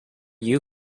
you